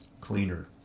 cleaner